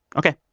ok,